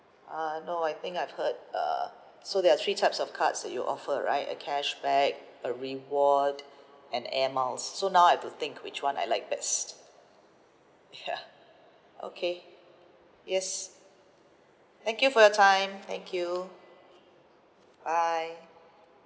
uh no I think I've heard uh so there are three types of cards that you offer right a cashback a reward and airmiles so now I'd think which one I like best ya okay yes thank you for your time thank you bye